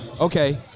Okay